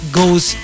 goes